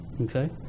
okay